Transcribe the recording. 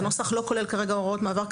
הנוסח כרגע לא כולל הוראות מעבר.